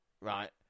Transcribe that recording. right